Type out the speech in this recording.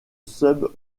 sub